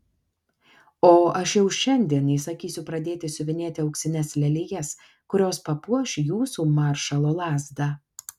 o aš jau šiandien įsakysiu pradėti siuvinėti auksines lelijas kurios papuoš jūsų maršalo lazdą